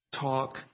talk